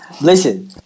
Listen